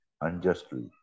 unjustly